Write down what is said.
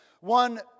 one